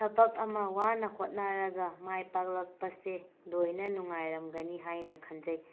ꯊꯕꯛ ꯑꯃ ꯋꯥꯅ ꯍꯣꯠꯅꯔꯒ ꯃꯥꯏ ꯄꯥꯛꯂꯛꯄꯁꯦ ꯂꯣꯏꯅ ꯅꯨꯡꯉꯥꯏꯔꯝꯒꯅꯤ ꯍꯥꯏꯅ ꯈꯟꯖꯩ